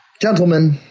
Gentlemen